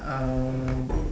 uh